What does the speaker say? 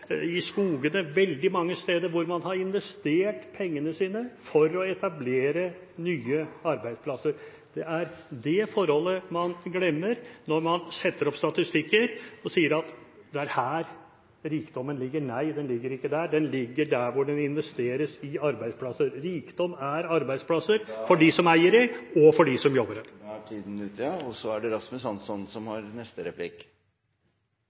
i skogene – på veldig mange steder hvor man har investert pengene sine for å etablere nye arbeidsplasser. Det er det forholdet man glemmer når man lager statistikker og sier at det er her rikdommen ligger. Nei, den ligger ikke her, den ligger der hvor den investeres i arbeidsplasser. Rikdom er arbeidsplasser – for dem som eier dem, og for dem som jobber der. Høyre gikk til valg på et oppløftende løfte om en grønnere politikk enn det de rød-grønne klarte å levere, og